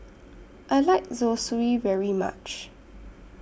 I like Zosui very much